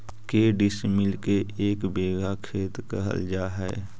के डिसमिल के एक बिघा खेत कहल जा है?